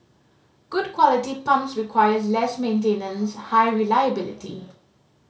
good quality pumps requires less maintenance high reliability